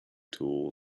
tool